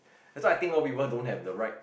I thought I think more people don't have the right